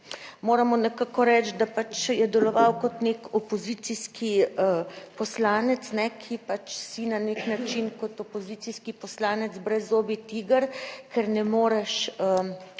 moram mu nekako reči, da pač je deloval kot nek opozicijski poslanec, ki pač si na nek način kot opozicijski poslanec brezzobi tiger, ker ne moreš